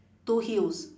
two heels